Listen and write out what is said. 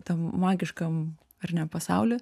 tam magiškam ar ne pasauly